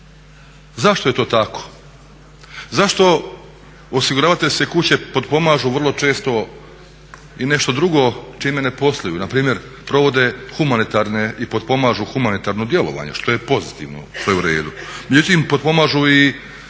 Zašto je to tako? Zašto osiguravateljske kuće potpomažu vrlo često i nešto drugo s čime ne posluju, npr. provode humanitarne i potpomažu humanitarno djelovanje, što je pozitivno, što je u redu.